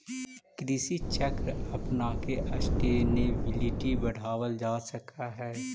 कृषि चक्र अपनाके सस्टेनेबिलिटी बढ़ावल जा सकऽ हइ